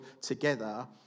together